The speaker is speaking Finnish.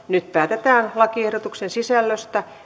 nyt päätetään lakiehdotuksen sisällöstä